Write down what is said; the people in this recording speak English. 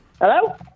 Hello